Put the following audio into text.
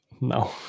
No